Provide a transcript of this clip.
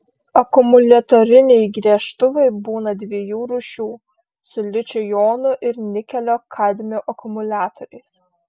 akumuliatoriniai gręžtuvai būna dviejų rūšių su ličio jonų ir nikelio kadmio akumuliatoriais